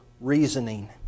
reasoning